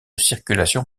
circulation